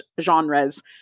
genres